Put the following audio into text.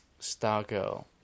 Stargirl